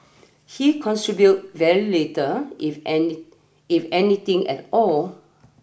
he contribute very little if any if anything at all